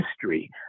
history